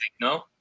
no